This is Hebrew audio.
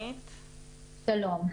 שלום.